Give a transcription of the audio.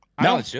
No